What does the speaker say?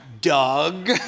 Doug